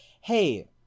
hey